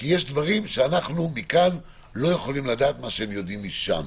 כי יש דברים שאנחנו מכאן לא יכולים לדעת מה שהם יודעים משם.